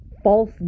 false